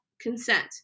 consent